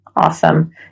Awesome